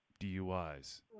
DUIs